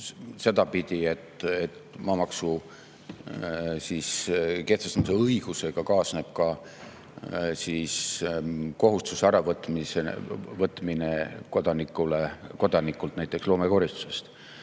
sedapidi, et maamaksu kehtestamise õigusega kaasneb kohustuse äravõtmine kodanikult näiteks lumekoristuseks.